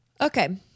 okay